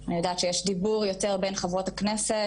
אני יודעת שיש דיבור יותר בין חברות הכנסת